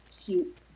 cute